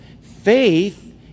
faith